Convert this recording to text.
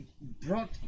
brought